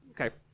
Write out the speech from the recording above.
okay